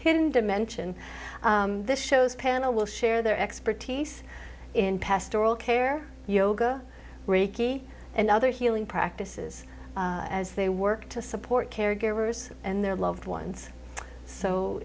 hidden dimension this show's panel will share their expertise in pastoral care yoga reeky and other healing practices as they work to support caregivers and their loved ones so